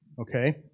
Okay